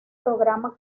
programa